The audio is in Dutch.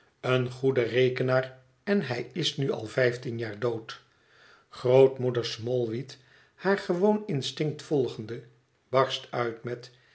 een goed rekenaar en hij is nu al vijftien jaar dood grootmoeder smallweed haar gewoon instinct volgende barst uit met